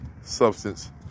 substance